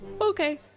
okay